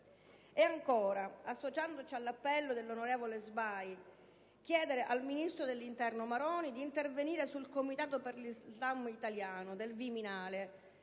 Ed ancora, associandoci all'appello dell'onorevole Sbai, vorrei chiedere al ministro dell'interno Maroni di intervenire sul Comitato per l'Islam italiano del Viminale